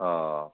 हा